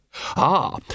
Ah